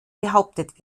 behauptet